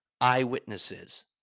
eyewitnesses